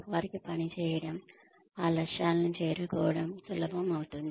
వారికి పని చేయడం ఆ లక్ష్యాలను చేరుకోవడం సులభం అవుతుంది